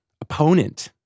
opponent